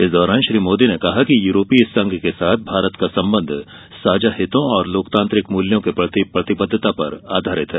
इस दौरान श्री मोदी ने कहा कि यूरोपीय संघ के साथ भारत का संबंध साझा हितो और लोकतांत्रिक मूल्यों के प्रति प्रतिबद्धता पर आधारित है